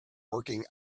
working